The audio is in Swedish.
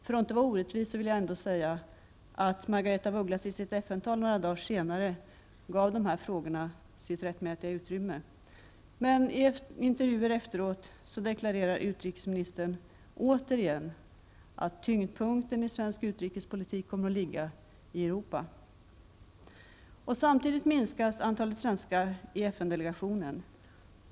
För att inte vara orättvis vill jag ändå säga att Margaretha af Ugglas i sitt FN-tal några dagar senare gav dessa frågor sitt rättmätiga utrymme. Men i intervjuer efteråt deklarerar utrikesministern återigen att tyngdpunkten i svensk utrikespolitik kommer att ligga i Europa. Samtidigt minskas antalet svenskar i FN-delegationen.